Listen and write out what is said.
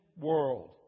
world